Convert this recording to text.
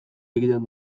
egiten